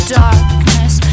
darkness